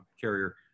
carrier